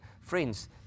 friends